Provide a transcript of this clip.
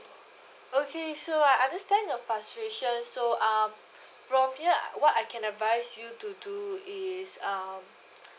okay so I understand your frustration so uh from here what I can advise you to do is um